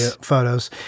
photos